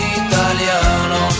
italiano